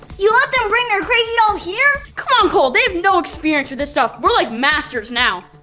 you let them bring their crazy doll here? come on, cole. they have no experience with this stuff. we're like masters now.